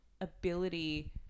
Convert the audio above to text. ability